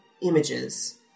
images